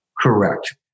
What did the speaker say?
Correct